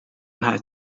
nta